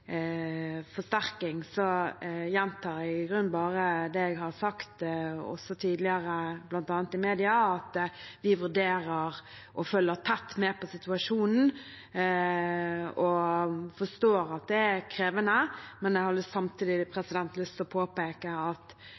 forsterking, gjentar jeg i grunnen bare det jeg har sagt også tidligere, bl.a. i mediene, at vi vurderer og følger tett med på situasjonen, og vi forstår at det er krevende. Samtidig har jeg lyst til å påpeke at